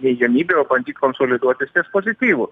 neigiamybių o bandyt konsoliduotis ties pozityvu